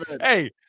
Hey